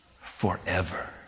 forever